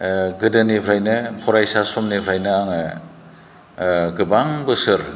गोदोनिफ्रायनो फरायसा समनिफ्रायनो आङो गोबां बोसोर